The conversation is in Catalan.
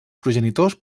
progenitors